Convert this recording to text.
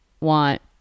want